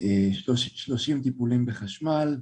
30 טיפולים בחשמל,